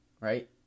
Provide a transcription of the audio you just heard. right